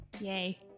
Yay